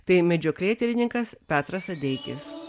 tai medžioklėtyrininkas petras adeikis